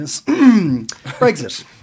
Brexit